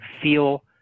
feel